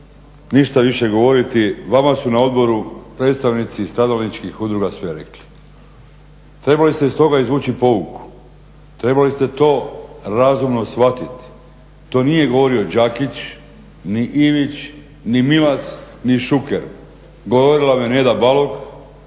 ništa više govoriti. Vama su na odboru predstavnici stradalačkih udruga sve rekli. trebali ste iz toga izvući pouku, trebali ste to razumno shvatiti. To nije govorio ni Đakić, ni Ivić, ni Milas, ni Šuker, govorila vam je Neda Balog,